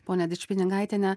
ponia dičpinigaitiene